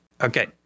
Okay